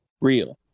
Real